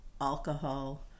alcohol